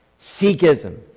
Sikhism